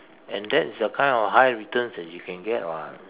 and that's the kind of high return that you can get [what]